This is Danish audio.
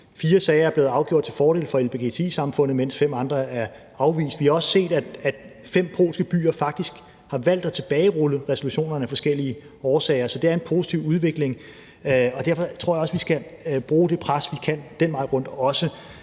fire sager er blevet afgjort til fordel for lgbti-samfundet, mens fem andre er afvist – og vi har også set, at fem polske byer faktisk har valgt at tilbagerulle resolutionerne af forskellige årsager. Så det er en positiv udvikling, og derfor tror jeg også, vi skal bruge det politiske pres, vi kan den vej rundt på